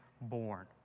born